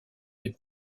des